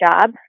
job